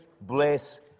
bless